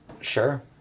Sure